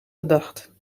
gedacht